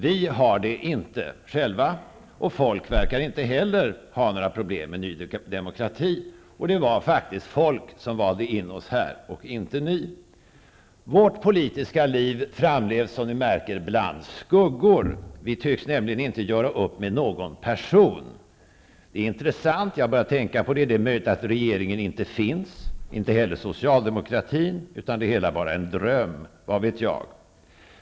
Vi har det inte själva, och folk verkar inte heller ha några problem med Ny demokrati. Det var faktiskt folk som valde in oss här, och inte ni. Vårt politiska liv framlevs som ni märker bland skuggor. Vi tycks nämligen inte göra upp med någon person. Det är intressant. Jag har börjat tänka på det. Det är möjligt att regeringen inte finns, och inte heller socialdemokratin. Det hela är bara en dröm. Vad vet jag.